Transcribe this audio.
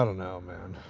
i don't know, man.